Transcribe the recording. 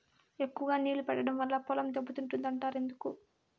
ఎక్కువగా నీళ్లు పెట్టడం వల్ల పొలం దెబ్బతింటుంది అంటారు ఎందుకు?